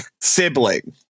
sibling